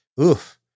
oof